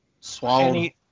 swallowed